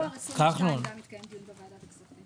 בפברואר 2022 גם התקיים דיון בוועדת הכספים.